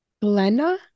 Glenna